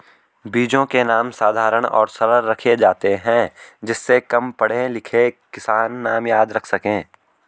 बीजों के नाम साधारण और सरल रखे जाते हैं जिससे कम पढ़े लिखे किसान नाम याद रख सके